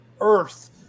earth